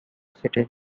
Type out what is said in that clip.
city